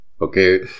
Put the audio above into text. Okay